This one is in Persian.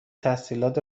تحصیلات